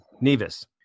nevis